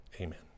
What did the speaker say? amen